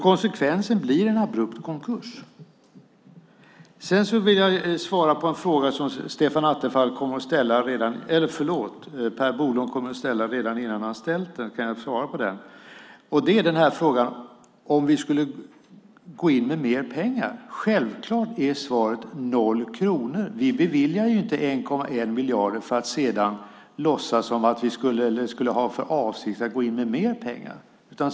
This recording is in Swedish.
Konsekvensen blir en abrupt konkurs. Sedan vill jag svara på en fråga som Per Bolund kommer att ställa. Redan innan han har ställt frågan kan jag svara på den. Det gäller frågan om vi skulle gå in med mer pengar. Självklart är svaret 0 kronor. Vi beviljar inte 1,1 miljard för att sedan låtsas som att vi skulle ha för avsikt att gå in med mer pengar.